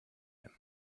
him